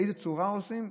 באיזו צורה עושים.